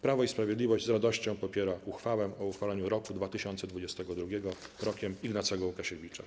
Prawo i Sprawiedliwość z radością popiera uchwałę o uchwaleniu roku 2022 Rokiem Ignacego Łukasiewicza.